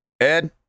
Ed